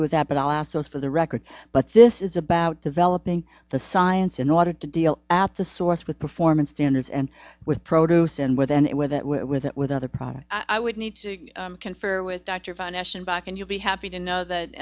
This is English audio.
do with that but i'll ask those for the record but this is about developing the science in order to deal at the source with performance standards and with produce and with then with it with other products i would need to confer with dr von eschenbach and you'll be happy to know that